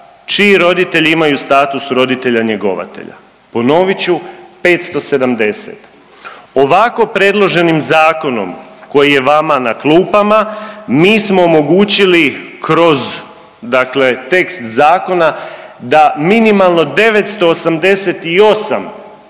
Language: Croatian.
čiji roditelji imaju status roditelja njegovatelja, ponovit ću 570. ovako predloženim zakonom koji je vama na klupama mi smo omogućili kroz tekst zakona da minimalno 988